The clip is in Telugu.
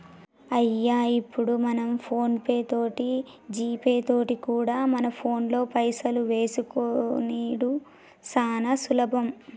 అయ్యో ఇప్పుడు మనం ఫోన్ పే తోటి జీపే తోటి కూడా మన ఫోన్లో పైసలు వేసుకునిడు సానా సులభం